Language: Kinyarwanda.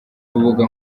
rubuga